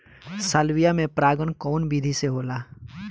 Salvia में परागण कउना विधि से होला?